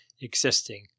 existing